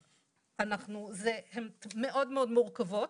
הן מאוד מאוד מורכבות